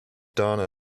donna